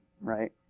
right